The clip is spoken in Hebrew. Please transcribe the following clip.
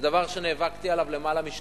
זה דבר שנאבקתי עליו יותר משנתיים.